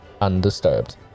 undisturbed